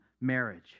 marriage